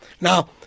Now